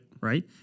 right